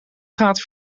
gaat